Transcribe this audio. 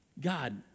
God